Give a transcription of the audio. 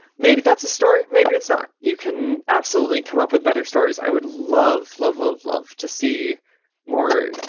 maybe that's a story. maybe it's not. you can absolutely come up with better stories. i would love, love, love, love to see more